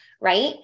right